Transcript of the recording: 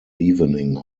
evening